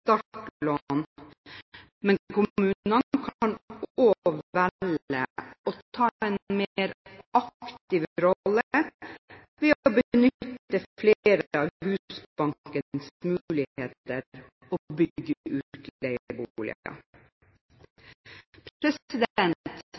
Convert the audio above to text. ta en mer aktiv rolle ved å benytte flere av Husbankens muligheter og bygge